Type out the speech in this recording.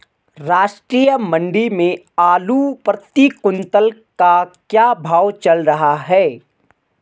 राष्ट्रीय मंडी में आलू प्रति कुन्तल का क्या भाव चल रहा है?